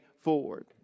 forward